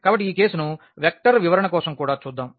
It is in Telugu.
కాబట్టి ఈ కేసును వెక్టర్ వివరణ కోసం కూడా చూద్దాం